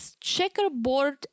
checkerboard